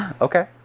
okay